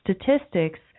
statistics